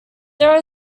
there